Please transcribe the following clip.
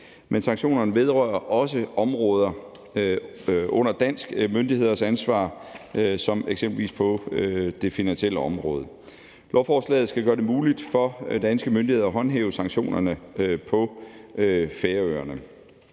Men sanktionerne vedrører også områder under danske myndigheders ansvar som eksempelvis på det finansielle område. Lovforslaget skal gøre det muligt for danske myndigheder at håndhæve sanktionerne på Færøerne.